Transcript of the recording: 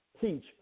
teach